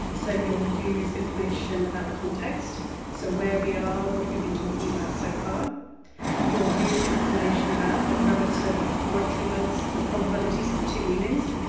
so you'll use information about the context so, where we are, what we've been talking about so far you'll use information about the relative likelihoods, the probabilities of the two meanings,